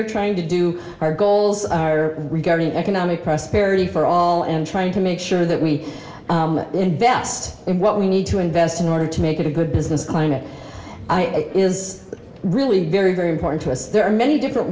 're trying to do our goals are regarding economic prosperity for all and trying to make sure that we invest in what we need to invest in order to make it a good business climate i is really very very important to us there are many different